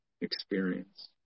Experience